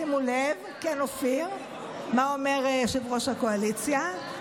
שימו לב, כן, אופיר, מה אומר יושב-ראש הקואליציה?